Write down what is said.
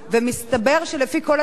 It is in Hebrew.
מסתבר שלפי כל הנתונים,